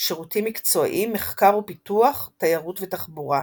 שירותים מקצועיים, מחקר ופיתוח, תיירות ותחבורה.